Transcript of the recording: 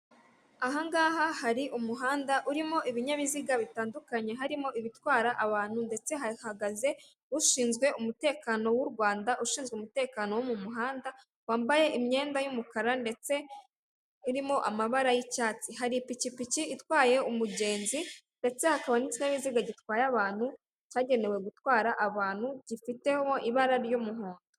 Aha ngaha hari umuhanda urimo ibinyabiziga bitandukanye harimo ibitwara abantu ndetse hahagaze ushinzwe umutekano w'u Rwanda, ushinzwe umutekano wo mu muhanda wambaye imyenda y'umukara ndetse irimo amabara y'icyatsi, hari ipikipiki itwaye umugenzi ndetse hakaba n'ikinyabiziga gitwaye abantu cyagenewe gutwara abantu gifiteho ibara ry'umuhondo.